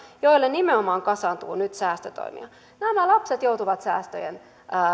joille nimenomaan kasaantuu nyt säästötoimia nämä lapset joutuvat säästöjen